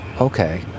okay